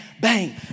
bang